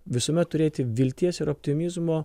visuomet turėti vilties ir optimizmo